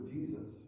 Jesus